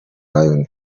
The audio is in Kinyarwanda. lion